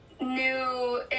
new